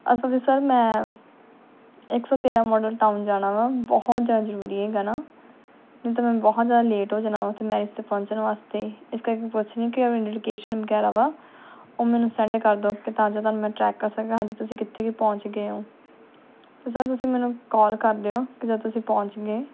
ਅਸਲ 'ਚ ਸਰ ਮੈਂ ਇਕ ਸੌ ਤੇਰਾ ਮਾਡਲ ਟਾਊਨ ਜਾਣਾ ਵਾ ਬਹੁਤ ਜ਼ਿਆਦਾ ਜ਼ਰੂਰੀ ਹੈਗਾ ਨਾ ਨਹੀਂ ਤਾਂ ਮੈਂ ਬਹੁਤ ਜ਼ਿਆਦਾ ਲੇਟ ਹੋ ਜਾਣਾ ਉੱਥੇ ਮੈਰਿਜ 'ਤੇ ਪਹੁੰਚਣ ਵਾਸਤੇ ਇਸ ਕਰਕੇ ਪੁੱਛ ਰਹੀ ਹਾਂ ਕਿ ਆਪਣੀ ਲੋਕੇਸ਼ਨ ਵਗੈਰਾ ਵਾ ਉਹ ਮੈਨੂੰ ਸੈਂਡ ਕਰ ਦਿਓ ਕਿ ਤਾਂ ਜੋ ਤੁਹਾਨੂੰ ਮੈਂ ਟਰੈਕ ਕਰ ਸਕਾਂ ਹਜੇ ਤੁਸੀਂ ਕਿੱਥੇ ਕੁ ਪਹੁੰਚ ਗਏ ਹੋ ਸਰ ਤੁਸੀਂ ਮੈਨੂੰ ਕਾਲ ਕਰ ਦਿਓ ਕਿ ਜਦੋਂ ਤੁਸੀਂ ਪਹੁੰਚ ਗਏ